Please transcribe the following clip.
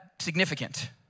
significant